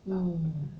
mm